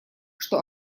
что